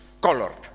colored